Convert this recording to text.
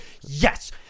yes